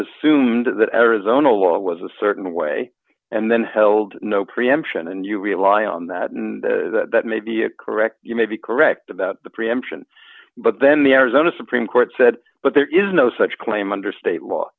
assumed that arizona law was a certain way and then held no preemption and you rely on that and that may be a correct you may be correct about the preemption but then the arizona supreme court said but there is no such claim under state law